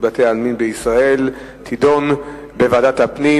בתי-עלמין בישראל יידונו בוועדת הפנים.